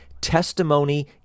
testimony